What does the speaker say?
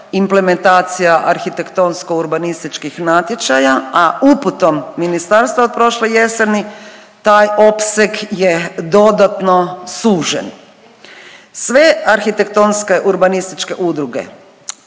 implementacija arhitektonsko-urbanističkih natječaja, a uputom ministarstva od prošle jeseni taj opseg je dodatno sužen. Sve arhitektonske urbanističke udruge